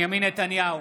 נתניהו,